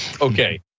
Okay